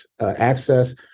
access